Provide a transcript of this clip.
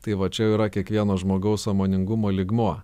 tai va čia jau yra kiekvieno žmogaus sąmoningumo lygmuo